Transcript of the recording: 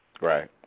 Right